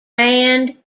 grand